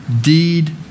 deed